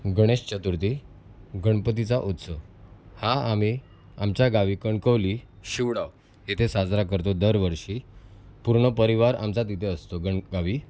गणेश चतुर्थी गणपतीचा उत्सव हा आम्ही आमच्या गावी कणकवली शिवडा येथे साजरा करतो दरवर्षी पूर्ण परिवार आमचा तिथे असतो गण गावी